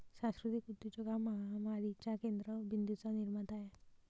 सांस्कृतिक उद्योजक हा महामारीच्या केंद्र बिंदूंचा निर्माता आहे